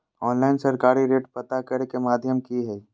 Online सरकारी rate पता करे के माध्यम की हय?